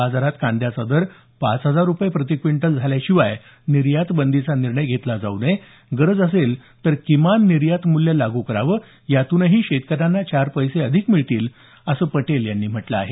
बाजारात कांद्याचा दर पाच हजार रुपये प्रतिक्विंटल झाल्याशिवाय निर्यातबंदीचा निर्णय केला जाऊ नये गरज असेल तर किमान निर्यात मूल्य लागू करावं यातूनही शेतकऱ्यांना चार पैसे अधिक मिळतील असं पटेल यांनी म्हटल आहे